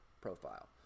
profile